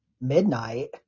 midnight